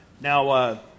Now